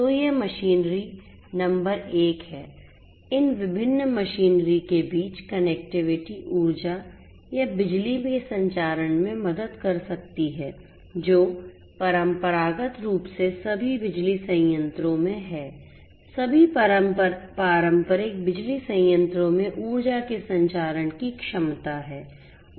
तो ये machinery number एक है इन विभिन्न मशीनरी के बीच कनेक्टिविटी ऊर्जा या बिजली के संचारण में मदद कर सकती है जो परंपरागत रूप से सभी बिजली संयंत्रों में है सभी पारंपरिक बिजली संयंत्रों में ऊर्जा के संचारण की क्षमता है